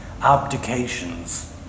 abdications